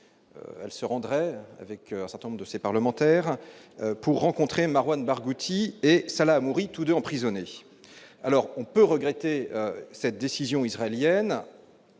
qu'elle se rendrait avec un certain nombre de ses parlementaires pour rencontrer Marwan Barghouti et Salah Hamouri tous 2 emprisonnés alors on peut regretter cette décision israélienne,